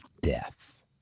death